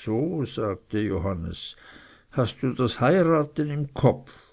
so sagte johannes hast du das heiraten im kopf